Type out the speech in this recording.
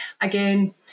Again